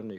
om.